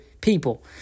people